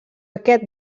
aquest